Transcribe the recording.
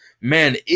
man